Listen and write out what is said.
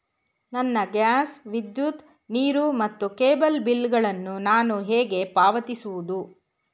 ನನ್ನ ಗ್ಯಾಸ್, ವಿದ್ಯುತ್, ನೀರು ಮತ್ತು ಕೇಬಲ್ ಬಿಲ್ ಗಳನ್ನು ನಾನು ಹೇಗೆ ಪಾವತಿಸುವುದು?